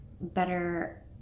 better